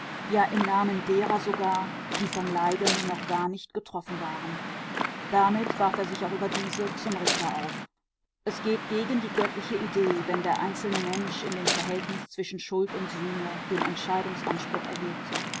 ja im namen derer sogar die vom leiden noch gar nicht getroffen waren damit warf er sich auch über diese zum richter auf es geht gegen die göttliche idee wenn der einzelne mensch in dem verhältnis zwischen schuld und sühne den entscheidungsanspruch erhebt